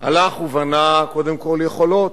הלך ובנה קודם כול יכולות,